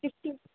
sixty